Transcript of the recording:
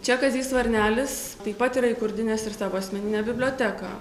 čia kazys varnelis taip pat yra įkurdinęs ir savo asmeninę biblioteką